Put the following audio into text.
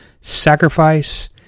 sacrifice